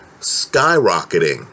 skyrocketing